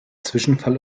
zwischenfall